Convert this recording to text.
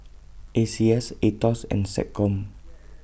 A C S Aetos and Seccom